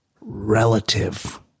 relative